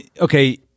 okay